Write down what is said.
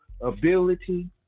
ability